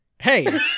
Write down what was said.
Hey